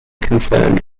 concerned